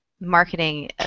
marketing